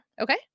Okay